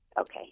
Okay